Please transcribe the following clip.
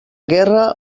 guerra